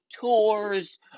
Tours